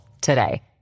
today